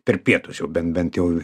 per pietus jau bent bent jau